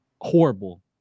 horrible